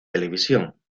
televisión